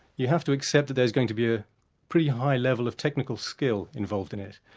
you have to accept that there's going to be a pretty high level of technical skill involved in it.